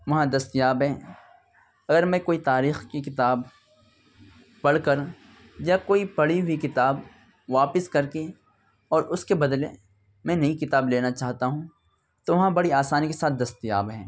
وہاں دستیاب ہیں اگر میں کوئی تاریخ کی کتاب پڑھ کر یا کوئی پڑھی ہوئی کتاب واپس کر کے اور اس کے بدلے میں نئی کتاب لینا چاہتا ہوں تو وہاں بڑی آسانی کے ساتھ دستیاب ہیں